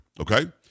okay